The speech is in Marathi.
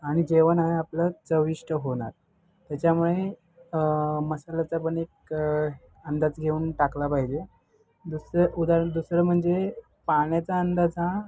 आणि जेवण हे आपलं चविष्ट होणार त्याच्यामुळे मसाल्याचा पण एक अंदाज घेऊन टाकला पाहिजे दुसरं उदाहरण दुसरं म्हणजे पाण्याचा अंदाज हा